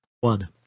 one